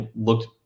looked